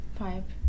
five